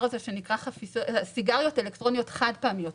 הזה שנקרא סיגריות אלקטרוניות חד פעמיות.